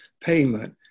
payment